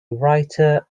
writer